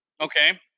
Okay